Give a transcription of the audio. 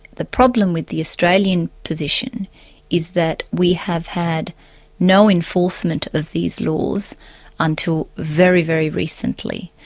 the problem with the australian position is that we have had no enforcement of these laws until very, very recently.